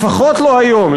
לפחות לא היום,